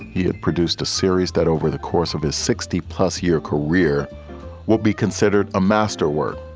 he had produced a series that over the course of his sixty plus year career will be considered a masterwork.